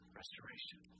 restoration